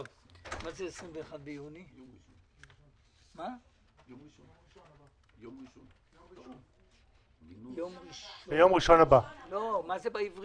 21.6.2020. מי בעד